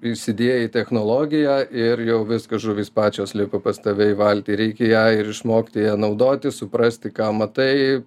įsidiegi technologiją ir jau viskas žuvys pačios lipa pas tave į valtį reikia ją ir išmokti ja naudotis suprasti ką matai